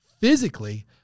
physically